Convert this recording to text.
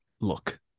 look